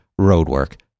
ROADWORK